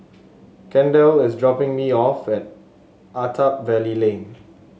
Kendal is dropping me off at Attap Valley Lane